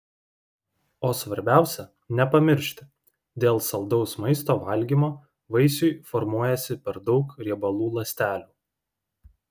o svarbiausia nepamiršti dėl saldaus maisto valgymo vaisiui formuojasi per daug riebalų ląstelių